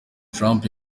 trump